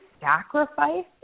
sacrifice